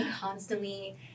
constantly